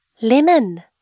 lemon